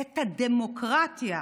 את הדמוקרטיה,